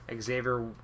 Xavier